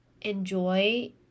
enjoy